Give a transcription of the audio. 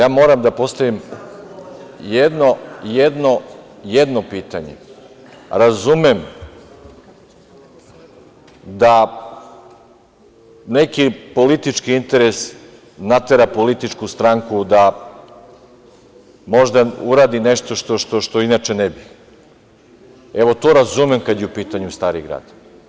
Ali, ja moram da postavim jedno pitanje, razumem da neki politički interes natera političku stranku da možda uradi nešto što inače ne bi, to razumem kada je u pitanju Stari grad.